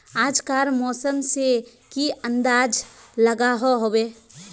आज कार मौसम से की अंदाज लागोहो होबे?